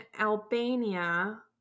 Albania